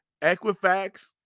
Equifax